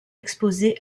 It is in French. exposés